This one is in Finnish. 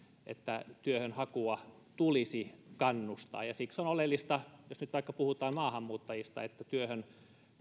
että työn hakuun tulisi kannustaa ja siksi on oleellista jos nyt vaikka puhutaan maahanmuuttajista että työhön